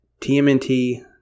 TMNT